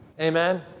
Amen